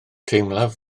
teimlaf